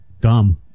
dumb